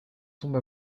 tombe